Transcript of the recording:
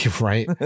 right